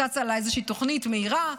צצה לה איזושהי תוכנית מהירה,